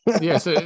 Yes